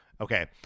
okay